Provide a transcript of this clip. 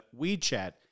WeChat